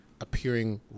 appearing